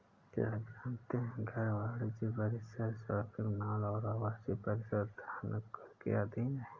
क्या आप जानते है घर, वाणिज्यिक परिसर, शॉपिंग मॉल और आवासीय परिसर धनकर के अधीन हैं?